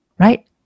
right